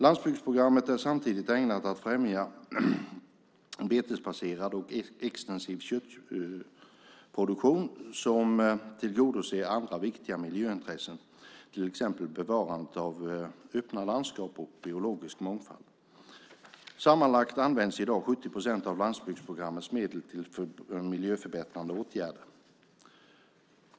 Landsbygdsprogrammet är samtidigt ägnat att främja betesbaserad och extensiv köttproduktion som tillgodoser andra viktiga miljöintressen, till exempel bevarande av öppna landskap och biologisk mångfald. Sammanlagt används i dag 70 procent av landsbygdsprogrammets medel till miljöförbättrande åtgärder.